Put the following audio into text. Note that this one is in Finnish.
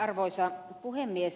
arvoisa puhemies